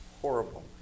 horrible